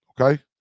Okay